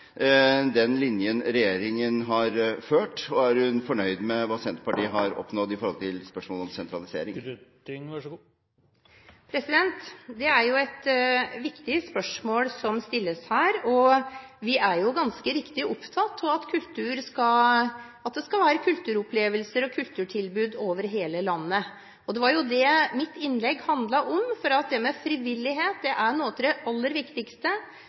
den linjen regjeringen har ført? Og er hun fornøyd med hva Senterpartiet har oppnådd i spørsmålet om sentralisering? Det er et viktig spørsmål som stilles her. Vi er ganske riktig opptatt av at det skal være kulturopplevelser og kulturtilbud over hele landet. Det var det mitt innlegg handlet om, for frivillighet er noe av det viktigste vi har når det gjelder kultur. Der blomstrer det, der gror det. I tillegg må vi også ha de større kulturinstitusjonene og den profesjonelle kunsten. Det er